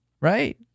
right